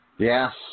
yes